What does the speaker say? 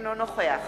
אינו נוכח